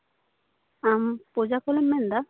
ᱟᱢ ᱯᱨᱚᱡᱟ ᱠᱷᱚᱱᱮᱢ ᱢᱮᱱᱫᱟ